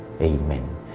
Amen